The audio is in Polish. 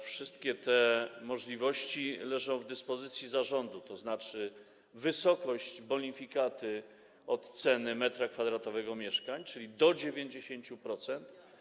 Wszystkie te możliwości są w dyspozycji zarządu, tzn. wysokość bonifikaty będzie zależeć od ceny metra kwadratowego mieszkań, czyli do 90%.